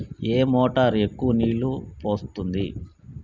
ఏ motor ఎక్కువ నీళ్లు పోస్తుంది?